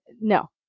No